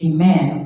Amen